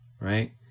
right